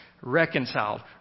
Reconciled